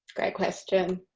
great question.